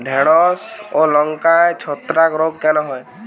ঢ্যেড়স ও লঙ্কায় ছত্রাক রোগ কেন হয়?